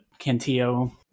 Cantillo